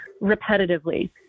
repetitively